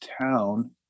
town